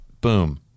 Boom